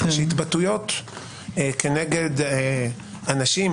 שיש התבטאויות כנגד אנשים,